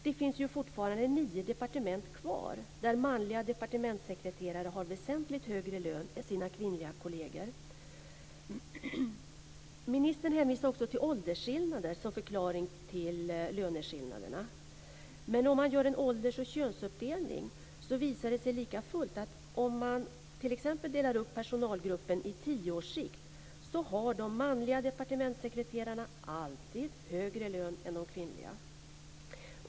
Det finns fortfarande nio departement kvar där manliga departementssekreterare har väsentligt högre lön än sina kvinnliga kolleger. Ministern hänvisar också till åldersskillnader som förklaring till löneskillnaderna. Men om man gör en ålders och könsuppdelning visar det sig likafullt att det finns skillnader. Om man t.ex. delar upp personalen i tioårsskikt har de manliga departementssekreterarna alltid högre lön än de kvinnliga.